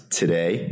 today